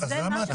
נותן